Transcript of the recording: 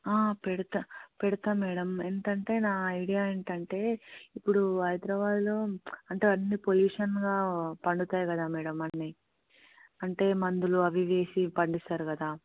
పెడతా పెడతా మేడం ఏంటంటే నా ఐడియా ఏంటంటే ఇప్పుడు హైదరాబాద్లో అంటే అన్ని పోల్ల్యుషన్గా పండుతాయి కదా మేడం అన్ని అంటే మందులు అవి ఇవి వేసి పండిస్తారు కదా